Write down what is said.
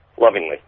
Lovingly